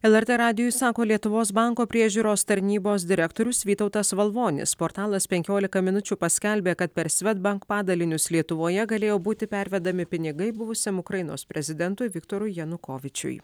lrt radijui sako lietuvos banko priežiūros tarnybos direktorius vytautas valvonis portalas penkiolika minučių paskelbė kad per svedbank padalinius lietuvoje galėjo būti pervedami pinigai buvusiam ukrainos prezidentui viktorui janukovyčiui